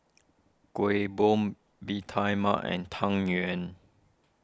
Kueh Bom Bee Tai Mak and Tang Yuen